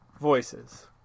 voices